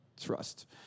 trust